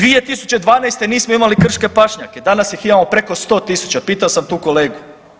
2012. nismo imali krške pašnjake, danas ih imamo preko 100.000, pitao sam tu kolegu.